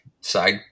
side